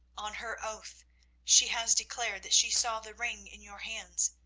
on her oath she has declared that she saw the ring in your hands.